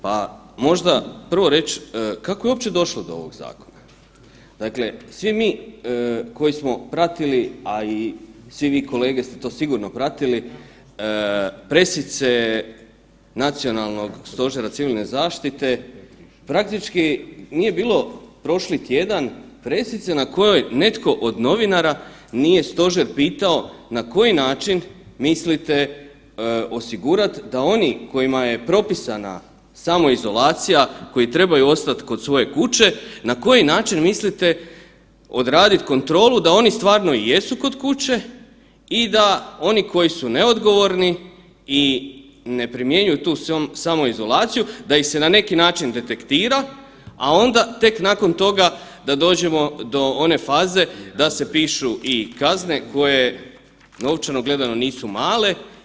Pa možda prvo reći kako je uopće došlo do ovog zakona, dakle svi mi koji smo pratili, a i svi vi kolege ste to sigurno pratili pressice Nacionalnog stožera civilne zaštite praktički nije bilo prošli tjedan pressice na kojoj netko od novinara nije stožer pitao na koji način mislite osigurat da oni kojima je propisana samoizolacija koji trebaju ostati kod svoje kuće, na koji način mislite odradit kontrolu da oni stvarno jesu kod kuće i da oni koji su neodgovorni i ne primjenjuju tu samoizolaciju da ih se na neki način detektira, a onda tek nakon toga da dođemo do one faze da se pišu i kazne koje novčano gledano nisu male.